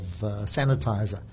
sanitizer